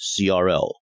CRL